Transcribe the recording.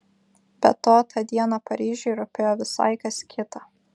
be to tą dieną paryžiui rūpėjo visai kas kita